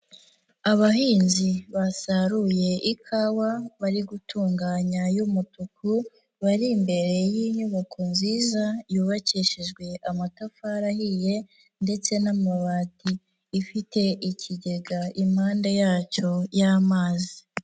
Abahinzi basaruye ikawa bari gutunganya y'umutuku, bari imbere y'inyubako nziza, yubakishijwe amatafari ahiye ndetse n'amabati, ifite ikigega impande yacyo y'amazi.